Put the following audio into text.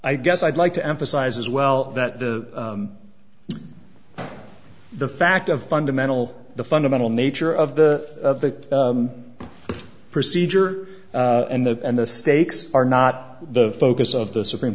i guess i'd like to emphasize as well that the the fact of fundamental the fundamental nature of the of the procedure and the and the stakes are not the focus of the supreme